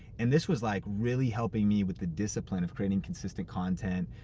and this was like really helping me with the discipline of creating consistent content,